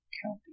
County